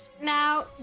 Now